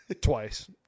twice